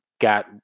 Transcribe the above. got